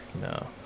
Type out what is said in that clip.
No